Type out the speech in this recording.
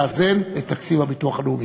ותודה רבה על ההזמנה לבקר בארץ הנהדרת הזאת,